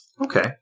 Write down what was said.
Okay